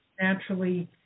naturally